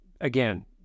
again